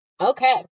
Okay